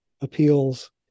appeals